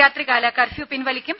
രാത്രികാല കർഫ്യൂ പിൻവലിക്കും